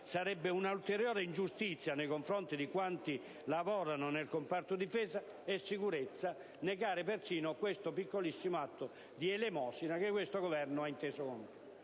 sarebbe un'ulteriore ingiustizia nei confronti di quanti lavorano nei comparti Difesa e Sicurezza, negare persino questo piccolissimo atto di elemosina che il Governo ha inteso compiere.